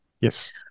yes